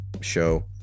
show